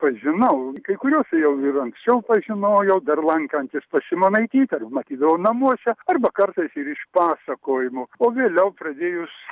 pažinau kai kuriuos jau ir anksčiau pažinojau dar lankantis pas simonaitytę matydavau namuose arba kartais ir iš pasakojimų o vėliau pradėjus